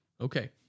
Okay